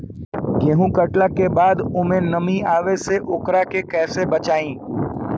गेंहू कटला के बाद ओमे नमी आवे से ओकरा के कैसे बचाई?